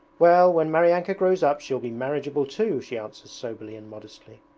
well, when maryanka grows up she'll be marriageable too she answers soberly and modestly.